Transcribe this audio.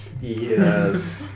Yes